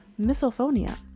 misophonia